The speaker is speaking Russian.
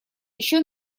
еще